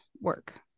work